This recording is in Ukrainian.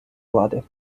влади